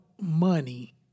money